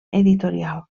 editorial